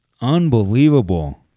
unbelievable